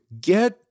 get